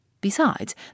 Besides